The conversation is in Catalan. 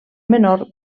menor